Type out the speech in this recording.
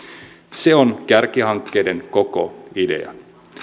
se on kärkihankkeiden koko idea